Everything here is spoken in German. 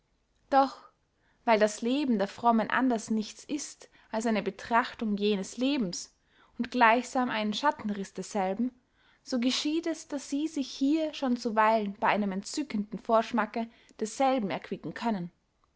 doch weil das leben der frommen anders nichts ist als eine betrachtung jenes lebens und gleichsam ein schattenriß desselben so geschieht es daß sie sich hier schon zuweilen bey einem entzückenden vorschmacke desselben erquicken können